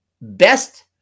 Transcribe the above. best